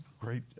great